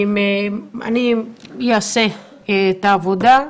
אני אעשה את העבודה,